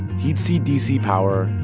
he'd see dc power,